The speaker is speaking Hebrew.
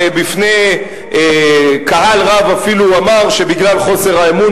ובפני קהל רב אפילו אמר שבגלל חוסר האמון